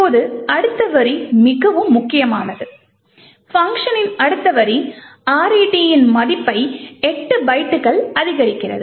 இப்போது அடுத்த வரி மிகவும் முக்கியமானது பங்க்ஷனின் அடுத்த வரி RET இன் மதிப்பை 8 பைட்டுகள் அதிகரிக்கிறது